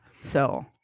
So-